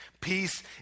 Peace